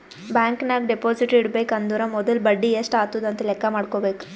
bank ನಾಗ್ deposit ಇಡಬೇಕ ಅಂದುರ್ ಮೊದುಲ ಬಡಿ ಎಸ್ಟ್ ಆತುದ್ ಅಂತ್ ಲೆಕ್ಕಾ ಮಾಡ್ಕೋಬೇಕ